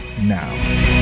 now